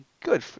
good